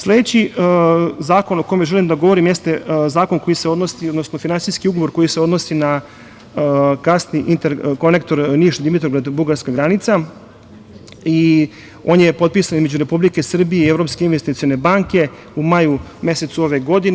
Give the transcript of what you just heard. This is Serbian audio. Sledeći zakon o kome želim da govorim, jeste zakon koji se odnosi, odnosno finansijski ugovor koji se odnosi na Gasni interkonektor Niš-Dimitrovgrad-Bugarska granica i on je potpisan između Republike Srbije i Evropske investicione banke, u maju mesecu ove godine.